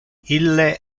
ille